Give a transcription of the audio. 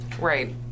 Right